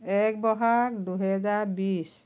এক বহাগ দুহেজাৰ বিশ